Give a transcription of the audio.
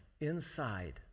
inside